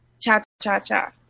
Cha-cha-cha